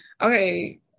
okay